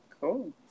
Cool